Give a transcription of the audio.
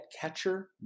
catcher